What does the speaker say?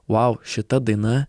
vau šita daina